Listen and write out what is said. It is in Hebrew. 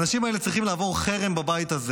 האנשים האלה צריכים לעבור חרם בבית הזה